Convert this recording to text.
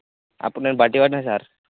అప్పుడు నేను బట్టీ పట్టిన సార్